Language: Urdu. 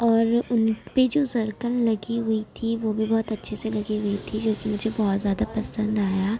اور ان پہ جو زرکن لگی ہوئی تھی وہ بھی بہت اچھے سے لگی ہوئی تھی جوکہ مجھے بہت ہی زیادہ پسند آیا